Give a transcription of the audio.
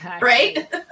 right